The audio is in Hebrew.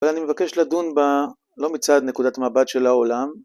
אבל אני מבקש לדון לא מצד נקודת מבט של העולם.